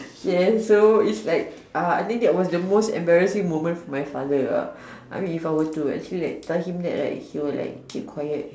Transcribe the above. yes so it's like uh I think that was the most embarrassing moment for my father uh I mean if I were to actually like tell him that right he would like keep quiet